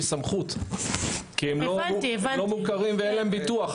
סמכות כי הם לא מוכרים ואין להם ביטוח.